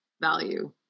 Value